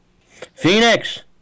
Phoenix